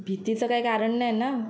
भीतीचं काय कारण नाही ना